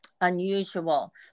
unusual